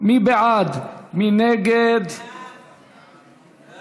הצעת חוק למניעת העסקה